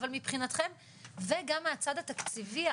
אבל מבחינתכם וגם מהצד התקציבי,